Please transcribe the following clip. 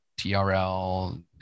trl